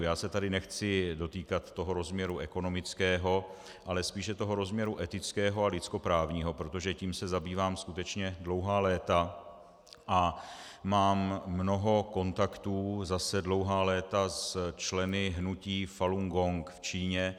Já se tady nechci dotýkat toho rozměru ekonomického, ale spíše rozměru etického a lidskoprávního, protože tím se zabývám skutečně dlouhá léta a mám mnoho kontaktů, zase dlouhá léta, s členy hnutí Falun Gong v Číně.